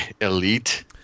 elite